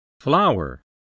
Flower